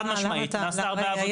חד משמעית, נעשתה הרבה עבודה.